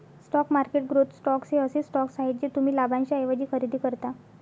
stock market growth stocks हे असे stocks आहेत जे तुम्ही लाभांशाऐवजी खरेदी करता